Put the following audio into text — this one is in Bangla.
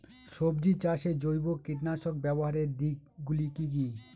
সবজি চাষে জৈব কীটনাশক ব্যাবহারের দিক গুলি কি কী?